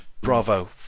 Bravo